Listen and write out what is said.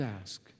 ask